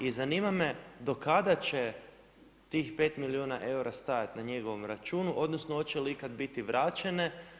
I zanima me do kada će tih 5 milijuna eura stajat na njegovom računu, odnosno hoće li ikad biti vraćane?